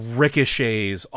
ricochets